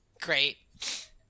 Great